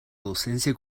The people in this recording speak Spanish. docencia